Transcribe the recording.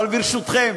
אבל, ברשותכם,